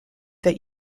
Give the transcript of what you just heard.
that